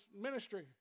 ministry